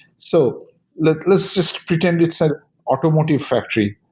so let's let's just pretend it's an automotive factory.